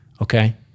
okay